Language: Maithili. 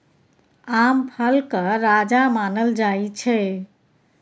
आम फलक राजा मानल जाइ छै